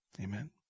Amen